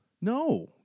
No